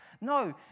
No